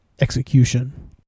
execution